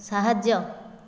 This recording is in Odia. ସାହାଯ୍ୟ